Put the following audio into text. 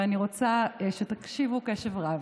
ואני רוצה שתקשיבו קשב רב: